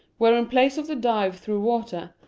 where in place of the dive through water,